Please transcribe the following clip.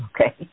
Okay